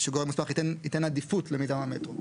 שהגורם המוסמך ייתן עדיפות למיזם המטרו.